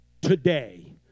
today